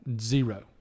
zero